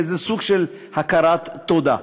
וזה סוג של הכרת תודה.